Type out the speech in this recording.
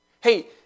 Hey